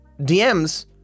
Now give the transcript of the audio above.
DMs